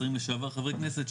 שרים לשעבר וחברי כנסת,